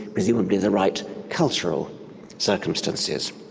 presumably the right cultural circumstances.